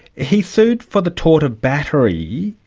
he sued for the tort of battery,